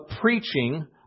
preaching